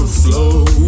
flow